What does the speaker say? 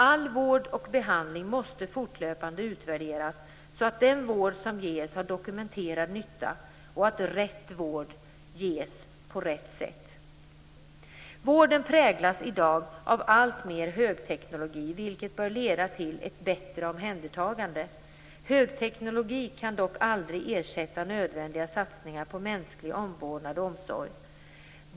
All vård och behandling måste fortlöpande utvärderas så att den vård som ges har dokumenterad nytta och att rätt vård ges på rätt sätt. Vården präglas i dag av alltmer högteknologi, vilket bör leda till ett bättre omhändertagande. Högteknologi kan dock aldrig ersätta nödvändiga satsningar på mänsklig omvårdnad och omsorg.